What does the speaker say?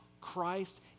Christ